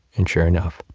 and sure enough,